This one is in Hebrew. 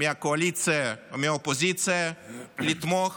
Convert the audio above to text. מהקואליציה ומהאופוזיציה לתמוך